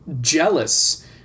jealous